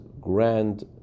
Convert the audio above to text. grand